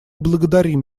благодарим